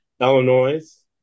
Illinois